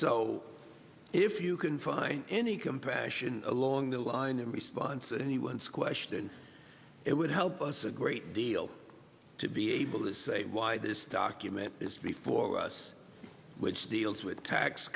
so if you can find any compassion along the line the response of anyone's question it would help us a great deal to be able to say why this document is before us which deals with tax